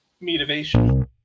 Motivation